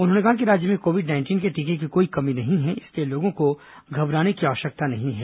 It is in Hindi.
उन्होंने कहा कि राज्य में कोविड नाइंटीन के टीके की कोई कमी नहीं है इसलिए लोगों को घबराने की जरूरत नहीं है